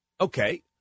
Okay